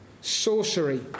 sorcery